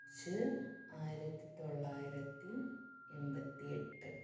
March ആയിരത്തിത്തൊള്ളായ്രത്തി എൺപത്തി എട്ട്